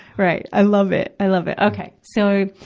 right. i love it. i love it. okay. so,